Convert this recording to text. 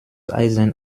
eisen